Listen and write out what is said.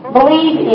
Believe